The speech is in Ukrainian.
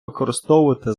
використовувати